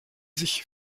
sich